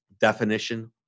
definition